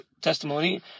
testimony